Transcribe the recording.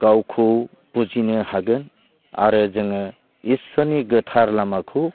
गावखौ बुजिनो हागोन आरो जोङो इसोरनि गोथार लामाखौ